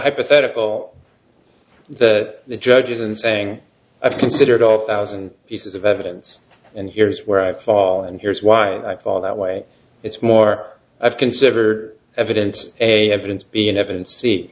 hypothetical that the judge is and saying i've considered all thousand pieces of evidence and here's where i fall and here's why i feel that way it's more i've consider evidence a evidence in evidence see